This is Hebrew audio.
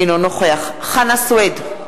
אינו נוכח חנא סוייד,